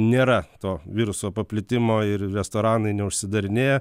nėra to viruso paplitimo ir restoranai neužsidarinėja